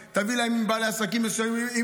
בעלי עסקים מסוימים,